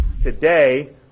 Today